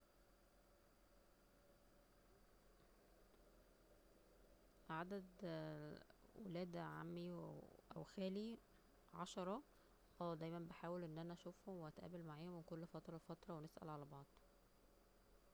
عدد ولاد عمي أو خال عشرة اه دايما بحاول أن أنا اشوفهم واتقابل معاهم كل فترة وفترة ونسأل على بعض